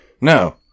no